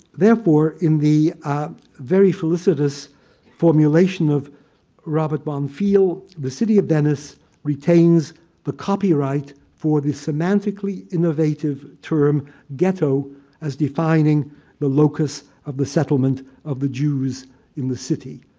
therefore, in the very felicitous formulation of robert von pfiel, the city of venice retains the copyright for the semantically innovative term ghetto as defining the locus of the settlement of the jews in the city.